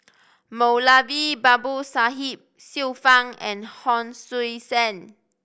Moulavi Babu Sahib Xiu Fang and Hon Sui Sen